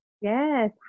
Yes